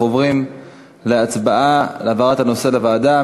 אנחנו עוברים להצבעה על העברת הנושא לוועדה.